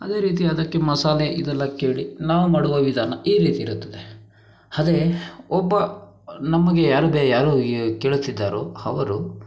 ಅದೇ ರೀತಿ ಅದಕ್ಕೆ ಮಸಾಲೆ ಇದೆಲ್ಲ ಕೇಳಿ ನಾವು ಮಾಡುವ ವಿಧಾನ ಈ ರೀತಿ ಇರುತ್ತದೆ ಅದೇ ಒಬ್ಬ ನಮಗೆ ಯಾರು ಬೇ ಯಾರು ಕೇಳುತ್ತಿದ್ದಾರೊ ಅವರು